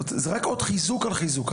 זה רק עוד חיזוק על חיזוק.